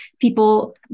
people